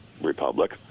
republic